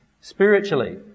spiritually